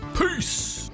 Peace